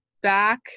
back